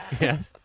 yes